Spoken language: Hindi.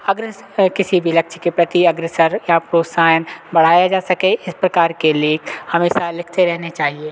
अग्र किसी भी लक्ष्य के प्रति अग्रसर या प्रोत्साहन बढ़ाया जा सके इस प्रकार के लेख हमेशा लिखते रहने चाहिए